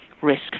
risk